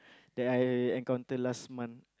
that I encounter last month